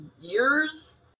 years